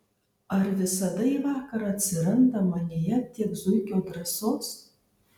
ar visada į vakarą atsiranda manyje tiek zuikio drąsos